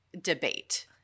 debate